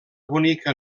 bonica